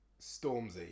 Stormzy